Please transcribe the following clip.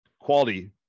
quality